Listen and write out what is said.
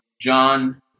John